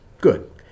Good